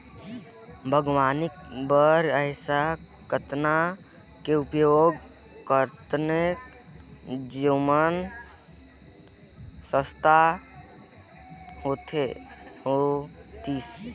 बागवानी बर ऐसा कतना के उपयोग करतेन जेमन सस्ता होतीस?